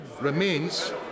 remains